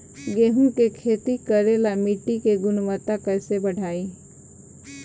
गेहूं के खेती करेला मिट्टी के गुणवत्ता कैसे बढ़ाई?